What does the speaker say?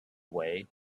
way